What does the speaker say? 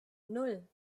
nan